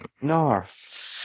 Narf